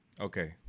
Okay